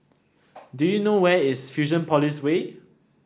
do you know where is Fusionopolis Way